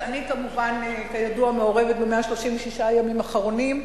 אני כמובן, כידוע, מעורבת ב-136 הימים האחרונים,